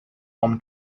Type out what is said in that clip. palm